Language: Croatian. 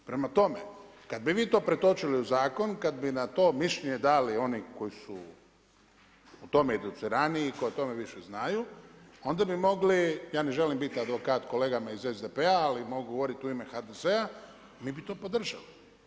Prema tome, kad bi vi to pretočili u zakon, kad bi na to mišljenje dali oni koji su o tome educiraniji, koji o tome više znaju, onda bi mogli, ja ne želim biti advokat kolegama iz SDP-a, ali mogu govoriti u ime HDZ-a, mi bi to podržali.